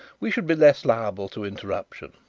we should be less liable to interruption.